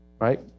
right